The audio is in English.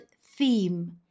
theme